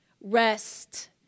rest